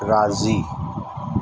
राज़ी